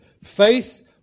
Faith